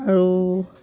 আৰু